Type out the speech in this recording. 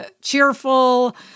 cheerful